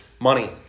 Money